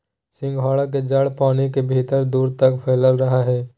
सिंघाड़ा के जड़ पानी के भीतर दूर तक फैलल रहा हइ